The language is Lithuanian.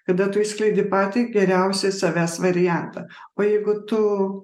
kada tu išskleidi patį geriausią savęs variantą o jeigu tu